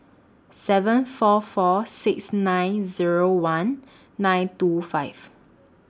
seven four four six nine Zero one nine two five